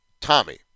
Tommy